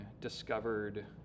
discovered